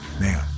Man